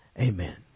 amen